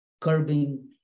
curbing